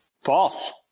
False